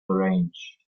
range